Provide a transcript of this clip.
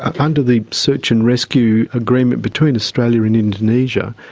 under the search and rescue agreement between australia and indonesia,